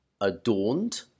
Adorned